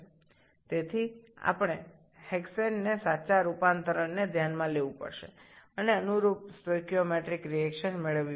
সুতরাং আমাদের হেক্সেনের প্রকৃত রূপান্তর বিবেচনা করতে হবে এবং সংশ্লিষ্ট স্টোচিওমেট্রিক প্রতিক্রিয়া পেতে হবে